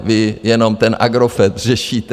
Vy jenom ten Agrofert řešíte.